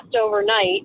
overnight